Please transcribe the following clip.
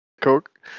coke